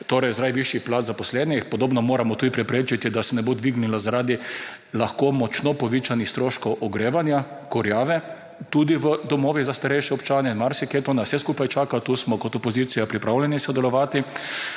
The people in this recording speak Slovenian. torej zaradi višjih plač zaposlenih, podobno moramo tudi preprečiti, da se ne bo dvignila zaradi lahko močno povečanih stroškov ogrevanja, kurjave, tudi v domovih za starejše občane in marsikje to nas vse skupaj čaka, tukaj smo kot opozicija pripravljeni sodelovati.